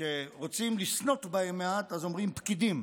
כשרוצים לסנוט בהם מעט אז אומרים "פקידים".